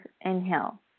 inhale